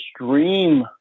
extreme